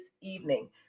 evening